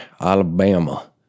Alabama